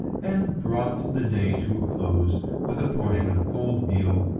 and brought the day to a close with a portion of cold veal,